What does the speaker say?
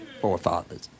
forefathers